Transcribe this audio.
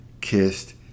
kissed